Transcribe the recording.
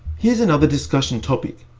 here's another discussion topic.